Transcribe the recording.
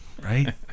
Right